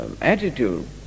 attitude